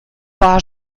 war